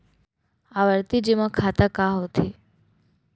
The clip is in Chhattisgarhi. आवर्ती जेमा खाता का होथे?